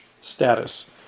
status